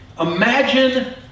Imagine